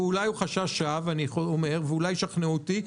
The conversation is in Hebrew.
ואולי הוא חשש שווא ואולי ישכנעו אותי,